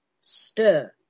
Stir